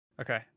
Okay